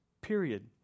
period